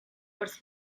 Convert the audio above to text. wrth